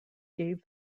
gave